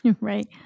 Right